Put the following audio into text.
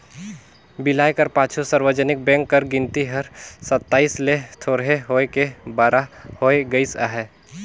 बिलाए कर पाछू सार्वजनिक बेंक कर गिनती हर सताइस ले थोरहें होय के बारा होय गइस अहे